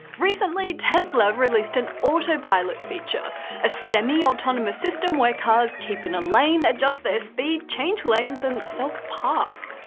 recently, tesla released an autopilot feature a semi-autonomous system where cars keep in a lane, adjust their speed, change lanes and self-park.